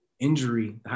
Injury